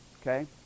Okay